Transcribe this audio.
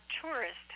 tourist